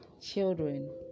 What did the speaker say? children